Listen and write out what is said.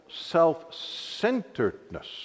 self-centeredness